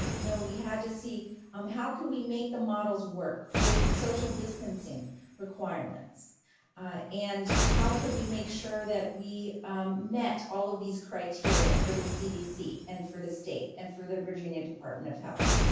no, we had to see um how can we make the models work with social distancing requirements and how could we make sure that we met all of these criteria for the cdc and for the state and for the virginia department of health?